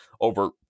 over